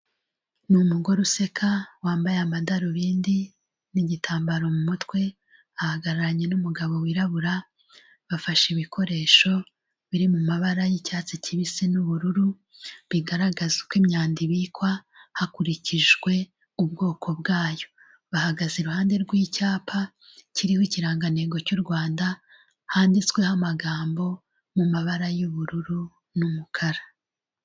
Ni umugore useka wambaye amadarubindi n'igitambaro mumutwe, ahagararanye n'umugabo wirabura, bafashe ibikoresho biri mumabara y'icyatsi kibisi n'ubururu bigaragaza uko imyanda ibikwa hakurikijwe ubwoko bwayo, bahagaze iruhande rw'icyapa kiriho ikirangantego cy'u Rwanda handitsweho amagambo mu mabara y'ubururu n'umukara.